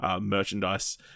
merchandise